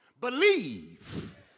believe